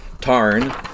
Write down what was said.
Tarn